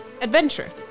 adventure